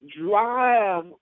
drive